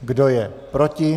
Kdo je proti?